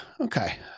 Okay